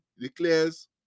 declares